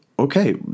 Okay